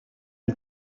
une